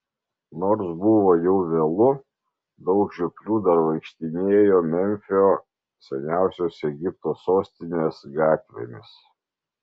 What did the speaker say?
nors buvo jau vėlu daug žioplių dar vaikštinėjo memfio seniausios egipto sostinės gatvėmis